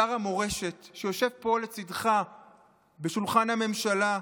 שר המורשת, שיושב פה לצידך בשולחן הממשלה,